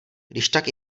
kdyžtak